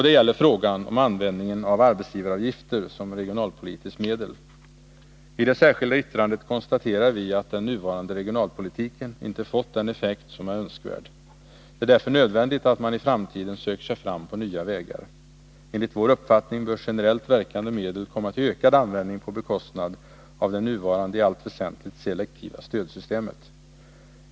Det gäller frågan om användningen av arbetsgivaravgifter som regionalpolitiskt medel. I det yttrandet konstaterar vi att den nuvarande regionalpolitiken inte fått den effekt som är önskvärd. Det är därför nödvändigt att man i framtiden söker sig fram på nya vägar. Enligt vår uppfattning bör generellt verkande medel komma till ökad användning på bekostnad av det nuvarande i allt väsentligt selektiva stödsystemet.